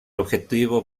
objeto